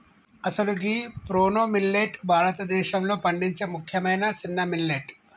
అసలు గీ proso millet భారతదేశంలో పండించే ముఖ్యమైన సిన్న మిల్లెట్